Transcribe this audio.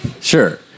Sure